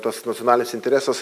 tas nacionalinis interesas